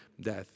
death